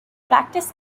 practice